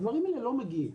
הדברים האלה לא מגיעים.